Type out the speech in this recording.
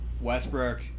Westbrook